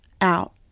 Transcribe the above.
out